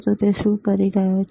તો તે શું કરી રહ્યો છે